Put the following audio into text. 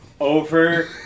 over